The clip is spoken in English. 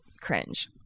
cringe